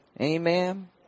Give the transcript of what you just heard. Amen